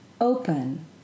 open